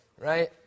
right